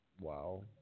Wow